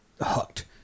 hooked